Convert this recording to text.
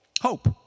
hope